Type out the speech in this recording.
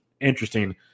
interesting